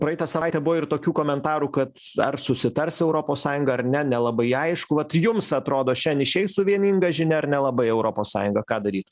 praeitą savaitę buvo ir tokių komentarų kad ar susitars europos sąjunga ar ne nelabai aišku vat jums atrodo šian išeis su vieninga žinia ar nelabai europos sąjunga ką daryt